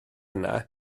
yna